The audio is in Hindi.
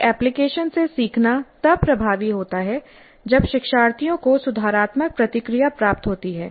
किसी एप्लीकेशन से सीखना तब प्रभावी होता है जब शिक्षार्थियों को सुधारात्मक प्रतिक्रिया प्राप्त होती है